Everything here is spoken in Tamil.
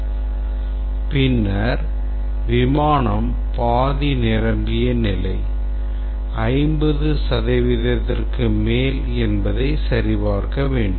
' பின்னர் 'விமானம் பாதி நிரம்பிய நிலை 50 சதவீதத்திற்கு மேல்' என்பதை சரிபார்க்க வேண்டும்